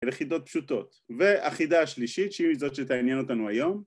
אלה חידות פשוטות, והחידה השלישית שהיא זאת שתעניין אותנו היום